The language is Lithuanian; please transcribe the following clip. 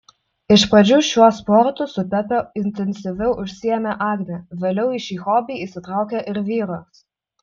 iš pradžių šiuo sportu su pepe intensyviau užsiėmė agnė vėliau į šį hobį įsitraukė ir vyras